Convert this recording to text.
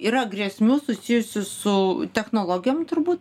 yra grėsmių susijusių su technologijom turbūt